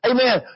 Amen